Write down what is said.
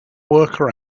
worker